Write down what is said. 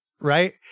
right